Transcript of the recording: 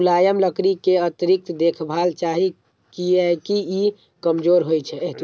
मुलायम लकड़ी कें अतिरिक्त देखभाल चाही, कियैकि ई कमजोर होइ छै